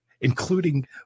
Including